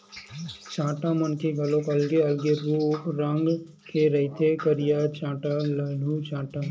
चाटा मन के घलोक अलगे अलगे रंग रुप के रहिथे करिया चाटा, ललहूँ चाटा